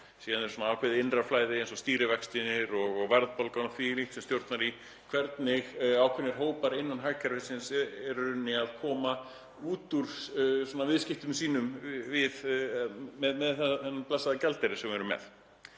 Síðan er ákveðið innra flæði eins og stýrivextirnir og verðbólgan og því um líkt sem stjórnar því hvernig ákveðnir hópar innan hagkerfisins eru í rauninni að koma út úr viðskiptum sínum með þennan blessaða gjaldmiðil sem við erum með.